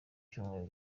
cyumweru